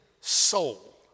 soul